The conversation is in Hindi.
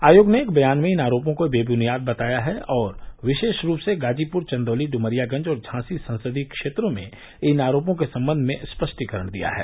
आयोग ने एक बयान में इन आरोपों को बेबुनियाद बताया है और विशेष रूप से गाजीपुर चंदौली डुमरियागंज और झांसी संसदीय क्षेत्रों में इन आरोपों के संबंध में स्पष्टीकरण दिया है